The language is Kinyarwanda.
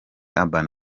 urban